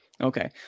Okay